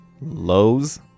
lows